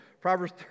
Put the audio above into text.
Proverbs